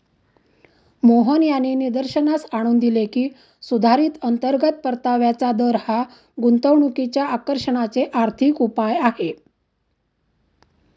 मोहन यांनी निदर्शनास आणून दिले की, सुधारित अंतर्गत परताव्याचा दर हा गुंतवणुकीच्या आकर्षणाचे आर्थिक उपाय आहे